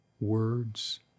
words